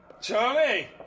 Charlie